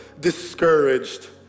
discouraged